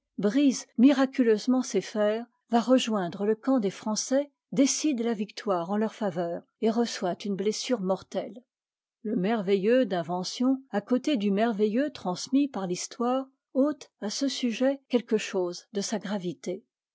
brise miraculeusement ses fers va rejoindre le camp des français décide la victoire en leur faveur et reçoit une blessure mortelle le merveilleux d'invetttion à côté du merveilleux transmis par l'histoire ôte à ce sujet quelque chose de sa gravité